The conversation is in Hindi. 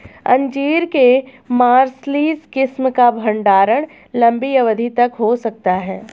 अंजीर के मार्सलीज किस्म का भंडारण लंबी अवधि तक हो सकता है